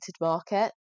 market